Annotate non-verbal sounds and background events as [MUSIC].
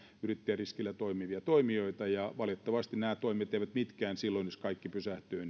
yrittäjäriskillä toimivia toimijoita ja valitettavasti nämä toimet eivät mitkään auta silloin jos kaikki pysähtyy [UNINTELLIGIBLE]